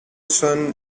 son